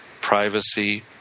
privacy